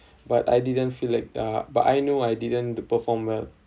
but I didn't feel like uh but I knew I didn't do perform well